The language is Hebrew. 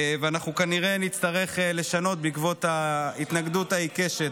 ואנחנו כנראה נצטרך לשנות בעקבות ההתנגדות העיקשת.